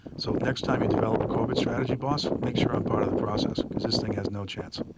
so next time you develop a corporate strategy boss, make sure i'm part of the process, cause this thing has no chance.